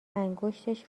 انگشتش